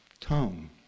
tone